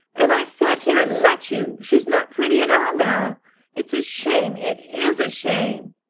and i sat here and let you! she's not pretty at all now it's a shame, it is a shame